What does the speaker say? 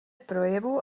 projevu